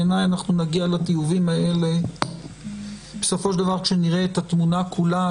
בעיניי נגיע לטיובים האלה כשנראה את התמונה כולה.